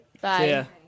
Bye